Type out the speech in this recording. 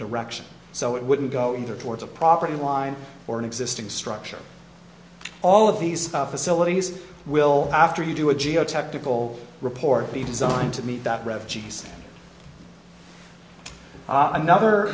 direction so it wouldn't go in there towards a property line or an existing structure all of these facilities will after you do a geotechnical report be designed to meet that rev g s another